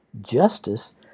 Justice